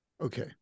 okay